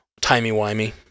timey-wimey